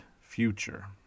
future